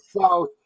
South